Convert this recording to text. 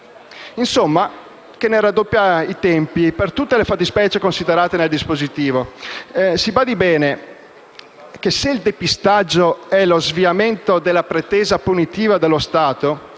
di mafia e ne raddoppia i tempi per tutte le fattispecie considerate nel dispositivo. Si badi bene che se il depistaggio è lo sviamento della pretesa punitiva dello Stato,